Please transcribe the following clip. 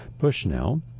Bushnell